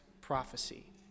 prophecy